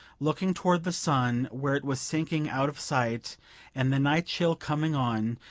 looking toward the sun where it was sinking out of sight and the night chill coming on,